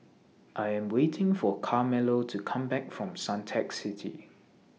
I Am waiting For Carmelo to Come Back from Suntec City